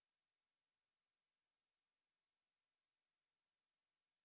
wait wait wait wait wait wait pause pause wait wait pause the the mic dropped I need to